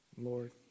Lord